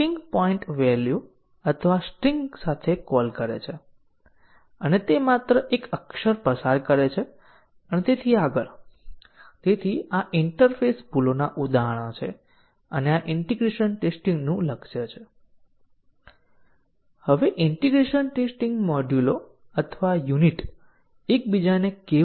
ત્યાં અન્ય data flow testing માપદંડ વધુ અદ્યતન માપદંડ છે પરંતુ આપણે તે અંગે ચર્ચા કરવા જઈ રહ્યા નથી પરંતુ માત્ર ડેટા ફ્લો ટેસ્ટિંગના બેઝીક ખ્યાલો અને સરળ ડેટા ફ્લો ટેસ્ટિંગ ટેકનિક જોઈ રહ્યા છીએ જે DU ચેઇન કવરેજ છે